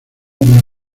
una